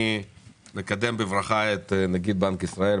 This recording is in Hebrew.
אני מקדם בברכה את נגיד בנק ישראל,